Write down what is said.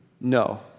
No